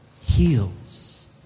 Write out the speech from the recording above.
heals